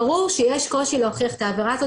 ברור שיש קושי להוכיח את העבירה הזאת